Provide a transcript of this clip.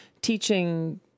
teaching